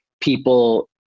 people